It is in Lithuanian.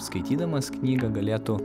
skaitydamas knygą galėtų